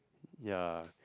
ya